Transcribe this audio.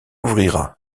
ouvrira